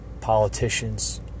politicians